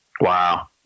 Wow